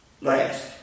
last